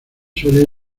suelen